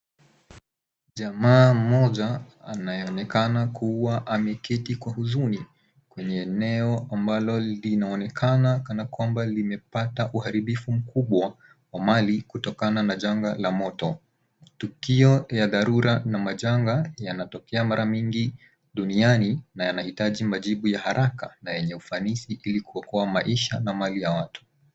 Jamaa mmoja anayeonekana kuwa ameketi kwa huzuni kwenye eneo linaloonekana kana kwamba limepata uharibifu mkubwa wa mali kutokana na janga la moto. Tukio ya dharura na majanga yanatokea mara mingi duniani na yanahitaji majibu ya haraka na yenye ufanisi ili kuokoa maisha na mali ya watu.